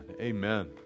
Amen